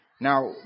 Now